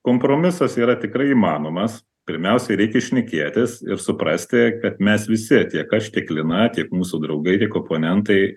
kompromisas yra tikrai įmanomas pirmiausiai reikia šnekėtis ir suprasti kad mes visi tiek aš tiek lina tiek mūsų draugai tiek oponentai